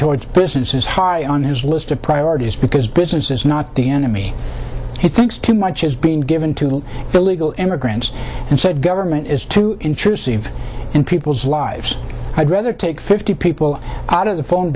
towards business is high on his list of priorities because business is not the enemy he thinks too much is being given to illegal immigrants and said government is too intrusive in people's lives i'd rather take fifty people out of the